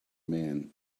man